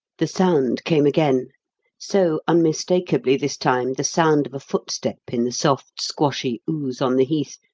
the sound came again so unmistakably, this time, the sound of a footstep in the soft, squashy ooze on the heath,